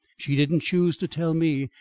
she didn't choose to tell me,